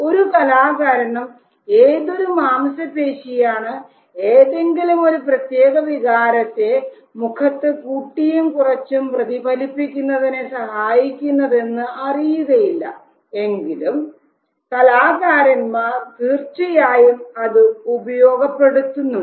ഒരു കലാകാരനും ഏതൊരു മാംസപേശിയാണ് ഏതെങ്കിലും ഒരു പ്രത്യേക വികാരത്തെ മുഖത്ത് കൂട്ടിയും കുറച്ചും പ്രതിഫലിപ്പിക്കുന്നതിന് സഹായിക്കുന്നതെന്ന് അറിയുകയില്ല എങ്കിലും കലാകാരന്മാർ തീർച്ചയായും അത് ഉപയോഗപ്പെടുത്തുന്നുണ്ട്